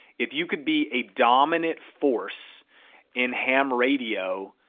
if you could be a dominant force in ham radio